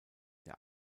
der